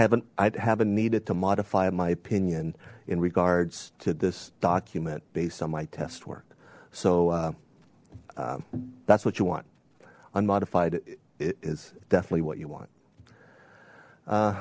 haven't i haven't needed to modify my opinion in regards to this document based on my test work so that's what you want unmodified it is definitely what you want